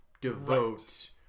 devote